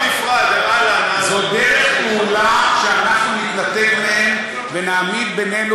זאת דרך פעולה, שאנחנו נתנתק מהם, ונעמיד בינינו